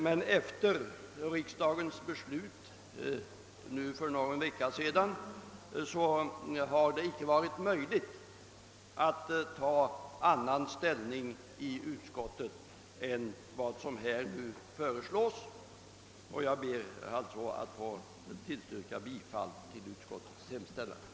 Men efter riksdagens beslut för någon vecka sedan om den nya grundlagen har det icke varit möjligt att i utskottet inta en annan ståndpunkt än den utskottet nu intagit. Herr talman! Jag ber alltså att få yrka bifall till utskottets hemställan.